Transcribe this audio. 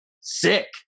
sick